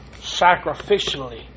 sacrificially